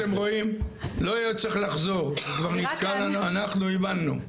אתם רואים לא היה צריך לחזור, אנחנו הבנו.